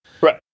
right